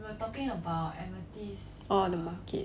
we are talking about amethyst